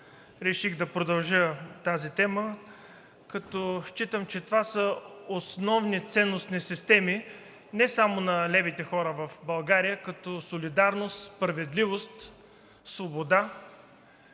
реших да продължа тази тема, като считам, че това са основни ценностни системи не само на левите хора в България, като солидарност, справедливост, свобода.